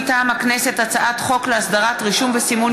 מטעם הכנסת: הצעת חוק להסדרת רישום וסימון